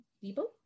people